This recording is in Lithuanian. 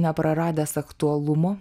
nepraradęs aktualumo